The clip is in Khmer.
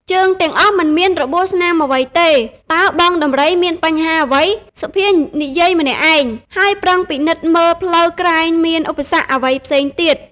ជើងទាំងអស់មិនមានរបួសស្នាមអ្វីទេ តើបងដំរីមានបញ្ហាអ្វី? សុភានិយាយម្នាក់ឯង ហើយប្រឹងពិនិត្យមើលលើផ្លូវក្រែងមានឧបសគ្គអ្វីផ្សេងទៀត។